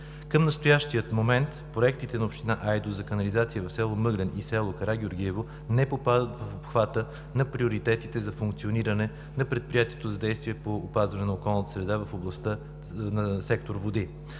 Към настоящия момент проектите на община Айтос за канализация в село Мъглен и село Карагеоргиево не попадат в обхвата на приоритетите за функциониране на предприятието за действие по опазване на околната среда в областта на сектор „Води“,